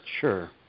sure